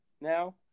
now